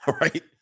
right